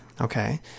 Okay